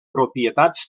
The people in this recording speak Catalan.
propietats